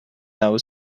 now